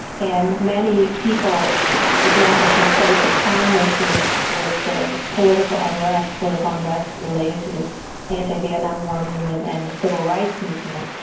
and many people began to conflate the crime issue with political unrest, political unrest related to the anti-vietnam war movement and the civil rights movement.